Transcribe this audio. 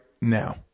now